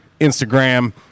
Instagram